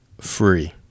free